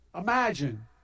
Imagine